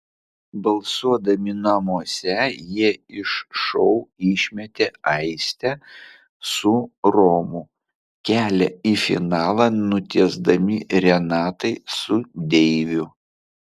balsuodami namuose jie iš šou išmetė aistę su romu kelią į finalą nutiesdami renatai su deiviu